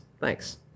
Thanks